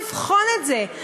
אתם לא רוצים אפילו לבחון את זה.